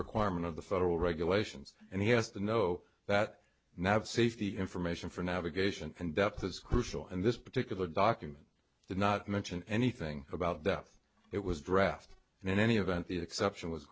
requirement of the federal regulations and he has to know that now of safety information for navigation and depth is crucial and this particular document did not mention anything about death it was draft and in any event the exception was